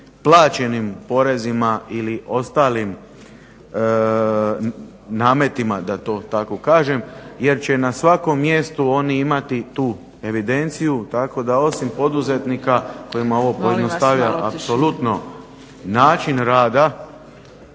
plaćenim porezima ili ostalim nametima da to tako kažem jer će na svakom mjestu oni imati tu evidenciju. Tako da osim poduzetnika kojima ovo pojednostavljuje